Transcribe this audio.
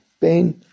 ben